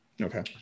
Okay